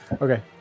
Okay